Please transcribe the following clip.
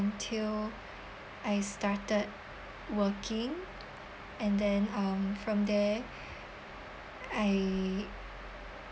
until I started working and then um from there I